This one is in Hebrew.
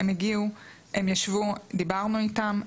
הם הגיעו, הם ישבו, דיברנו איתם.